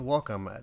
Welcome